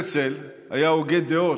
הרצל היה הוגה דעות,